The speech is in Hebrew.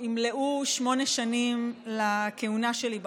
ימלאו שמונה שנים לכהונה שלי בכנסת.